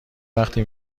وقتی